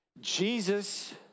Jesus